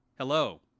Hello